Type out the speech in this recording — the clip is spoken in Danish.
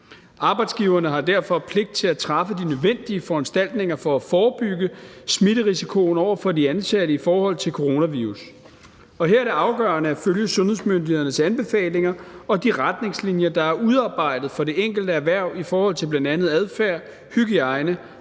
Arbejdsgiverne har derfor pligt til at træffe de nødvendige foranstaltninger for at forebygge smitterisikoen over for de ansatte i forhold til coronavirus. Og her er det afgørende at følge sundhedsmyndighedernes anbefalinger og de retningslinjer, der er udarbejdet for det enkelte erhverv i forhold til bl.a. adfærd, hygiejne